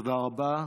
תודה רבה.